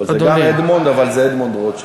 זה גם אדמונד, אבל זה אדמונד רוטשילד.